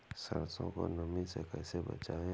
सरसो को नमी से कैसे बचाएं?